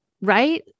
right